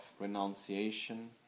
renunciation